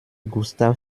gustav